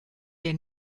der